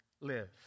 live